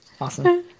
Awesome